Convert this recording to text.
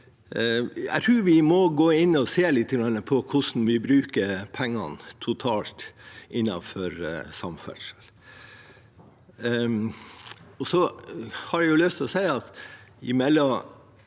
Jeg tror vi må gå inn og se litt på hvordan vi bruker pengene totalt innenfor samferdsel. Så har jeg lyst til å si at mellom